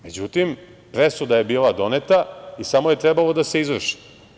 Međutim, presuda je bila doneta i samo je trebalo da izvrši.